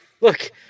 Look